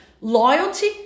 Loyalty